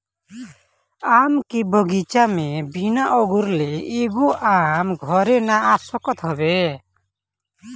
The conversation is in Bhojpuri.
आम के बगीचा में बिना अगोरले एगो आम घरे नाइ आ सकत हवे